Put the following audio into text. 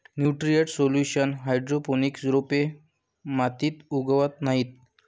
nutrient solution hydroponics रोपे मातीत उगवत नाहीत